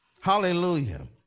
Hallelujah